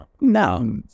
No